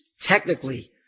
technically